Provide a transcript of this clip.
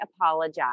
apologize